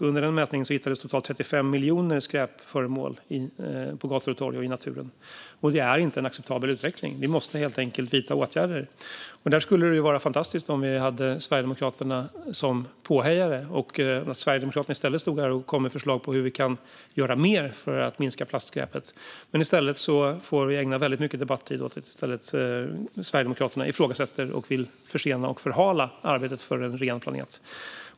Vid mätningen hittades totalt 35 miljoner skräpföremål på gator och torg och i naturen. Det är inte en acceptabel utveckling. Vi måste helt enkelt vidta åtgärder. Då skulle det vara fantastiskt om vi hade Sverigedemokraterna som påhejare och att de kom med förslag på hur vi kan göra mer för att minska plastskräpet. I stället får vi ägna väldigt mycket debattid åt att Sverigedemokraterna ifrågasätter och vill försena och förhala arbetet för en ren planet.